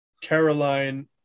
Caroline